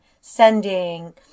sending